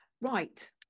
Right